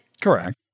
correct